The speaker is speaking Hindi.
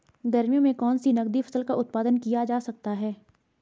गर्मियों में कौन सी नगदी फसल का उत्पादन किया जा सकता है?